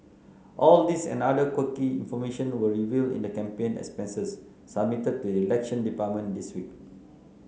all these and other quirky information were revealed in the campaign expenses submitted to the Elections Department this week